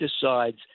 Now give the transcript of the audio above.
decides